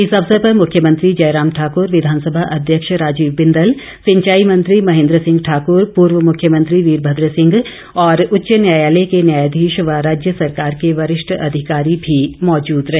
इस अवसर पर मुख्यमंत्री जयराम ठाकुर विधानसभा अध्यक्ष राजीव बिंदल सिंचाई मंत्री महेंद्र सिंह ठाकुर पूर्व मुख्यमंत्री वीरभद्र सिंह और उच्च न्यायालय के न्यायधीश व राज्य सरकार के वरिष्ठ अधिकारी भी मौजूद रहे